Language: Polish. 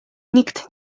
nikt